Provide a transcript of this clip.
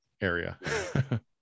area